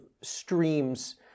streams